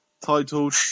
titled